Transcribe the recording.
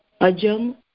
Ajam